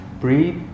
breathe